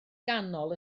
ganol